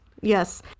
yes